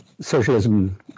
socialism